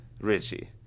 Richie